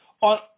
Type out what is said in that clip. on